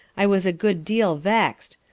i was a good deal vexed,